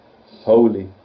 holy